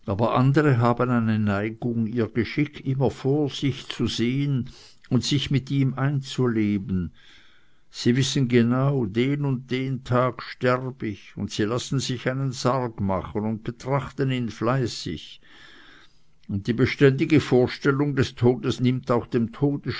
aber andere haben eine neigung ihr geschick immer vor sich zu sehen und sich mit ihm einzuleben sie wissen genau den und den tag sterb ich und sie lassen sich einen sarg machen und betrachten ihn fleißig und die beständige vorstellung des todes nimmt auch dem